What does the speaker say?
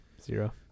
zero